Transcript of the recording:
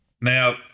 Now